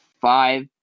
five